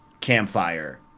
campfire